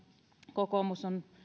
kokoomus on